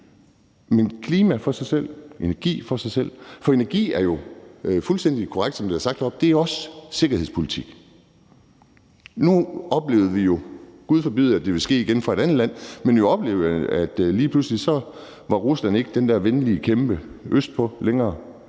tage klimaet for sig selv, energien for sig selv. For det er fuldstændig korrekt, som det er blevet sagt heroppefra, at energi er også sikkerhedspolitik. Nu oplevede vi jo – Gud forbyde, at det vil ske igen for et andet land – at Rusland lige pludselig ikke var den der venlige kæmpe østpå længere,